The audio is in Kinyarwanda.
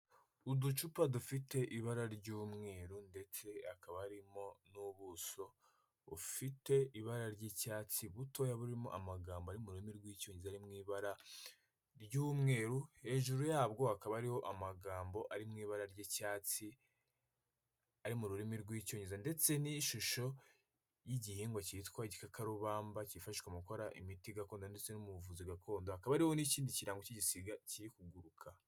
Uducupa dufite ibara ry'umweru ndetse hakaba harimo n'ubuso bufite ibara ry'icyatsi butoya burimo amagambo ari mu rurimi rw'icyongereza ari mu ibara ry'umweru hejuru yabwo akaba ariho amagambo ari mu ibara ry'icyatsi ari mu rurimi rw'icyongereza ndetse n'ishusho y'igihingwa cyitwa igikarubamba cyifashishwa mu gukora imiti gakondo ndetse n'ubuvuzi gakondo akaba ariho n'ikindi kirango cy'igisiga kiri kuguruka.